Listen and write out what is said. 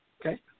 Okay